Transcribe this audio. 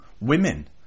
Women